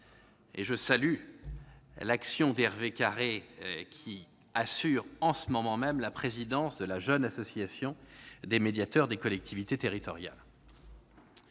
et je salue l'action d'Hervé Carré, qui assure en ce moment même la présidence de la jeune Association des médiateurs des collectivités territoriales.